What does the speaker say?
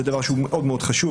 זה דבר שהוא מאוד מאוד חשוב.